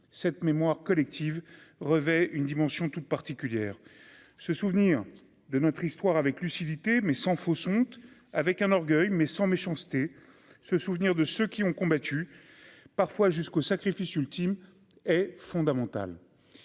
cette mémoire collective revêt une dimension toute particulière, se souvenir de notre histoire avec lucidité mais sans fausse honte avec un orgueil mais sans méchanceté, se souvenir de ceux qui ont combattu, parfois jusqu'au sacrifice ultime est fondamental,